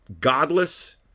godless